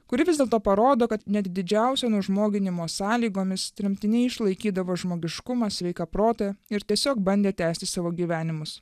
kuri vis dėlto parodo kad net didžiausio nužmoginimo sąlygomis tremtiniai išlaikydavo žmogiškumą sveiką protą ir tiesiog bandė tęsti savo gyvenimus